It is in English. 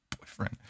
boyfriend